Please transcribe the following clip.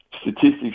statistics